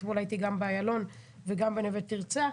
אתמול הייתי גם באיילון וגם בנווה תרצה.